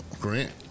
Grant